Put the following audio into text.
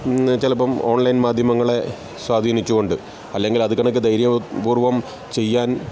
ചിലപ്പം ഓൺലൈൻ മാധ്യമങ്ങളെ സ്വാധീനിച്ചുകൊണ്ട് അല്ലെങ്കിൽ അതുകണക്കെ ധൈര്യപൂർവം ചെയ്യാൻ